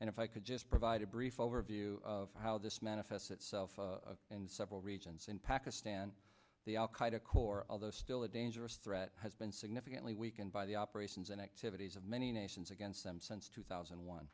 and if i could just provide a brief overview of how this manifests itself of and several regions in pakistan the al qaeda core of those still a dangerous threat has been significantly weakened by the operations and activities of many nations against them since two thousand